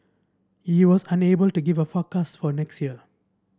he was unable to give a forecast for next year